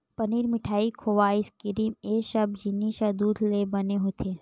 पनीर, मिठाई, खोवा, आइसकिरिम ए सब जिनिस ह दूद ले बने होथे